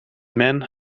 men